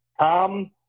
Tom